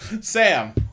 Sam